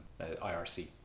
IRC